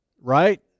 right